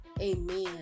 Amen